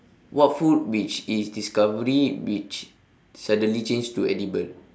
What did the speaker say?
what food which it's discovery which suddenly change to edible